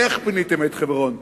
איך פיניתם את חברון.